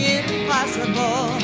impossible